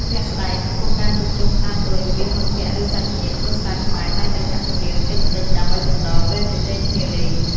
ជាក់ស្ដែង ចំពោះការជួបជុំខ្នាតតូចរវាងមិត្តភក្តិ ឬ សាច់ញាតិ គ្រួសារខ្មែរតែងតែចាក់ចម្រៀងតិចៗ ដើម្បីកំដរពេលជជែកគ្នាលេង។